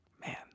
Man